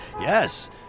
yes